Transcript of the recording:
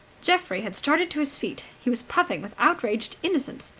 geoffrey had started to his feet. he was puffing with outraged innocence.